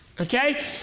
Okay